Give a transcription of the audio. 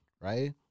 right